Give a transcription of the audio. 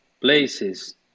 places